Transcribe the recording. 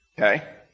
okay